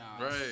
Right